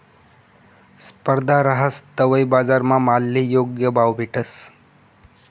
स्पर्धा रहास तवय बजारमा मालले योग्य भाव भेटस